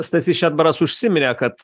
stasys šedbaras užsiminė kad